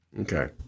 Okay